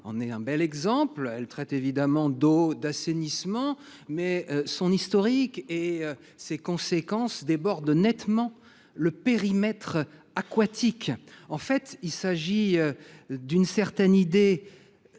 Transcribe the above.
loi en est un bel exemple. Elle traite, évidemment, d’eau et d’assainissement, mais son histoire et ses conséquences débordent nettement le seul périmètre aquatique. Il s’agit ici d’une certaine idée